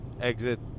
Exit